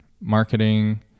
marketing